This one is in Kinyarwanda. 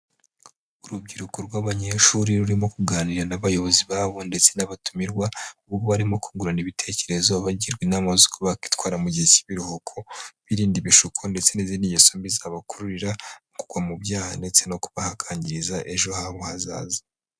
Urubyiruko rw'abanyeshuri rurimo kuganira n'abayobozi babo ndetse n'abatumirwa, aho barimo kungurana ibitekerezo bagirwa inama z'uko bakwitwara mu gihe cy'ibiruhuko, birinda ibishuko ndetse n'izindi ngeso mbi zabakururira kugwa mu byaha ndetse no kuba hakwangiriza ejo habo hazaza.